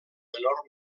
menor